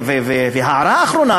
והערה אחרונה,